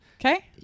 okay